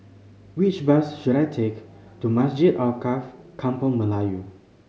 which bus should I take to Masjid Alkaff Kampung Melayu